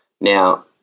Now